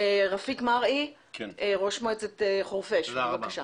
רפיק מרעי, ראש מועצת חורפיש, בבקשה.